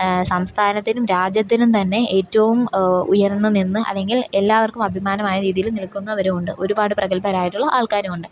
സംസ്ഥാനത്തിനും രാജ്യത്തിനും തന്നെ ഏറ്റവും ഉയർന്ന് നിന്ന് അല്ലെങ്കിൽ എല്ലാവർക്കും അഭിമാനമായ രീതിയിൽ നിൽക്കുന്നവരുമുണ്ട് ഒരുപാട് പ്രഗത്ഭരായിട്ടുള്ള ആൾക്കാരുമുണ്ട്